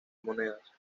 monedas